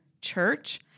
church